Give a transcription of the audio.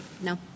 No